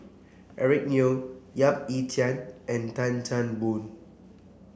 Eric Neo Yap Ee Chian and Tan Chan Boon